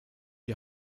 die